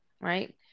right